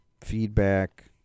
feedback